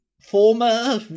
Former